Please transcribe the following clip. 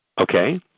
Okay